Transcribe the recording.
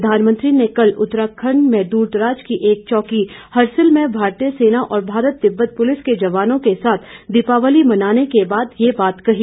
प्रधानमंत्री ने कल उत्तराखंड में दूरदराज की एक चौकी हरसिल में भारतीय सेना और भारत तिब्बत पुलिस के जवानों के साथ दीपावली मनाने के बाद ये बात कही